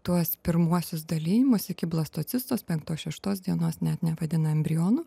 tuos pirmuosius dalijimosi iki blastocistos penktos šeštos dienos net nevadina embrionu